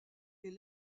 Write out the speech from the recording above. est